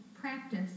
practice